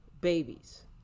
babies